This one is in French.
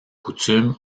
coutume